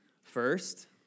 First